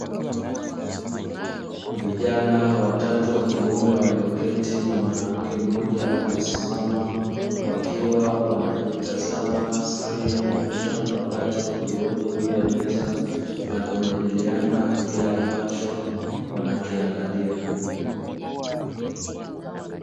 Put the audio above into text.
Vijana watoto wa kiume walioketi na mwanamke mmoja aliyesimama wakiwa wanatazama skriini ya kompyuta mpakato iliyopo juu ya meza na kujadiliana kile ambacho wanakiangalia.